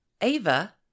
Ava